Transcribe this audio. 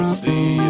see